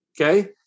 Okay